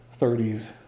30s